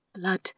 blood